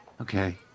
Okay